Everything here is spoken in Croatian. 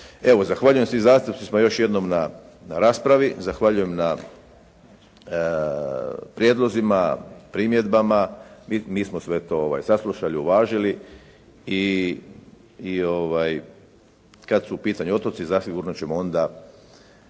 zahvaljujem svim zastupnicima još jednom na raspravi. Zahvaljujem na prijedlozima, primjedbama. Mi smo sve to saslušali, uvažili i kad su u pitanju otoci zasigurno ćemo onda